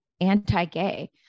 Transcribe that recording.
anti-gay